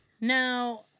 Now